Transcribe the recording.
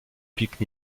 pique